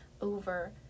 over